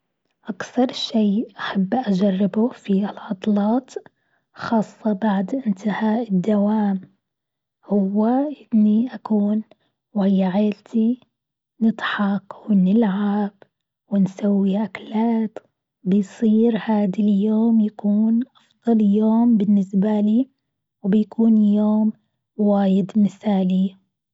أكثر شيء أحب أجربه في العطلات خاصة بعد انتهاء الدوام، هو إني أكون ويا عيلتي نضحك ونلعب ونسوي أكلات، بصير هاد اليوم يكون أفضل يوم بالنسبة لي، وبيكون يوم واجد مثالي.